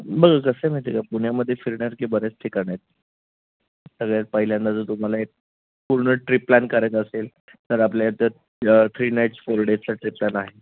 बघा कसं आहे माहिती आहे का पुण्यामध्ये फिरण्यासारखे बरेच ठिकाणं आहेत सगळ्यात पहिल्यांदा जर तुम्हाला एक पूर्ण ट्रिप प्लॅन करायचा असेल तर आपल्या इथं थ्री नाईट्स फोर डेजचा ट्रिप प्लॅन आहे